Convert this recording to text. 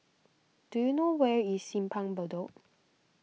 do you know where is Simpang Bedok